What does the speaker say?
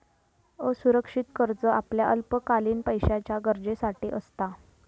असुरक्षित कर्ज आपल्या अल्पकालीन पैशाच्या गरजेसाठी असता